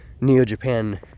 Neo-Japan